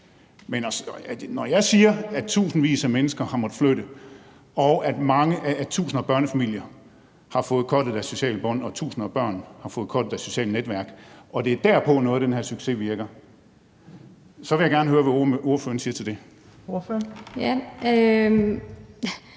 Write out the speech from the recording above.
når jeg siger, at tusindvis af mennesker har måttet flytte, at tusinder af børnefamilier har fået cuttet deres sociale bånd, og at tusinder af børn har fået cuttet deres sociale netværk, og at det er derpå, noget af den her succes hviler, så vil jeg gerne høre, hvad ordføreren siger til det.